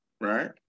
right